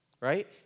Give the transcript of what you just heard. right